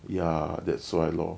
ya that's why lor